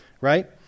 right